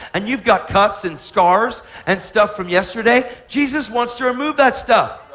and you've got cuts and scars and stuff from yesterday, jesus wants to remove that stuff.